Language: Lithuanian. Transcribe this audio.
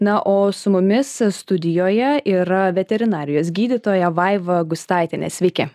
na o su mumis studijoje yra veterinarijos gydytoja vaiva gustaitienė sveiki